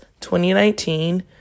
2019